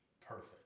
perfect